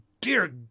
Dear